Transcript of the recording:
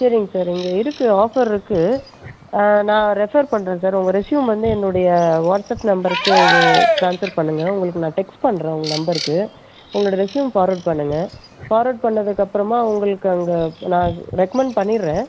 சரிங்க சார் இங்கே இருக்குது ஆஃபர் இருக்குது நான் ரெஃபர் பண்ணுறேன் சார் உங்கள் ரெஸ்யூம் வந்து என்னுடைய வாட்ஸ்அப் நம்பருக்கு டிரான்ஸ்ஃபர் பண்ணுங்கள் உங்களுக்கு நான் டெக்ஸ்ட் பண்ணுறேன் உங்கள் நம்பருக்கு உங்களோடய ரெஸ்யூம் ஃபார்வேர்ட் பண்ணுங்கள் ஃபார்வேர்ட் பண்ணதுக்கு அப்புறமா உங்களுக்கு அங்கே நான் ரெக்கமெண்ட் பண்ணிடுறேன்